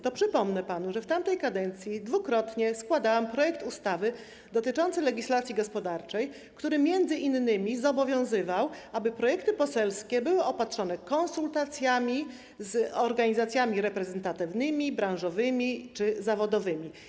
To przypomnę panu, że w tamtej kadencji dwukrotnie składałam projekt ustawy dotyczący legislacji gospodarczej, który m.in. zobowiązywał, aby projekty poselskie były opatrzone konsultacjami z organizacjami reprezentatywnymi, branżowymi czy zawodowymi.